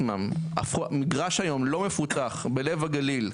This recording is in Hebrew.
מגרש היום, לא מפותח, בלב הגליל,